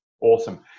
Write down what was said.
awesome